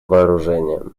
вооружениями